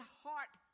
heart